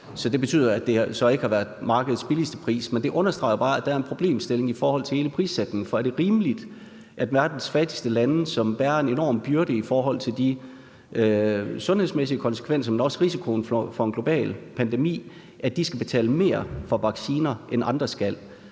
så det betyder, at det så ikke har været markedets billigste pris, men det understreger jo bare, at der er en problemstilling i forhold til hele prissætningen. For er det rimeligt, at verdens fattigste lande, som bærer en enorm byrde i forhold til de sundhedsmæssige konsekvenser, men også risikoen for en global pandemi, skal betale mere for vacciner, end andre skal?